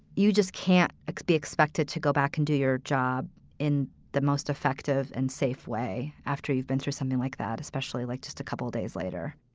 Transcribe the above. you just can't ah be expected to go back and do your job in the most effective and safe way after you've been through something like that, especially like just a couple days later